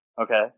Okay